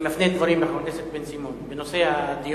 כי אני מפנה דברים לחבר הכנסת בן-סימון בנושא הדיון,